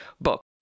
book